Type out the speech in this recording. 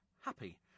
happy